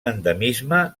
endemisme